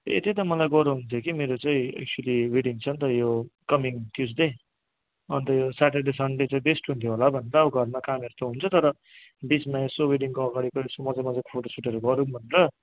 ए त्यही त मलाई गराउनु थियो कि मेरो चाहिँ एक्च्युली वेडिङ छ नि त यो कमिङ ट्युस्डे अन्त यो स्याटरडे सन्डे चाहिँ बेस्ट हुन्थ्यो होला भनेर अब घरमा कामहरू त हुन्छ तर बिचमा यसो वेडिङको अगाडिको यसो मज्जा मज्जाको फोटो सुटहरू गरौँ भनेर